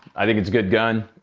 i think it's a good gun.